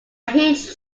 hinge